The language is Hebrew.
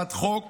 הצעת חוק